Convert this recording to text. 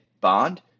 bond